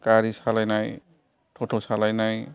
गारि सालायनाय ट'ट' सालायनाय